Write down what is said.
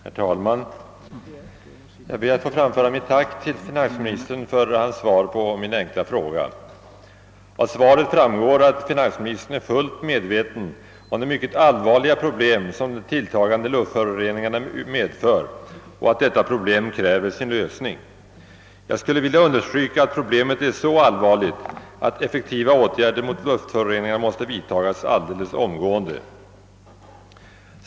Herr talman! Jag ber att få framföra mitt tack till finansministern för hans svar på min enkla fråga. Av svaret framgår att finansministern är fullt medveten om det mycket allvarliga problem som de tilltagande luftföroreningarna medför och att detta problem kräver sin lösning. Jag skulle vilja understryka att problemet är så allvarligt, att effektiva åtgärder mot luftföroreningarna måste vidtagas alldeles omgående.